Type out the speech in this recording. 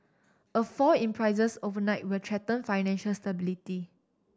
a fall in prices overnight will threaten financial stability